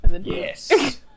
yes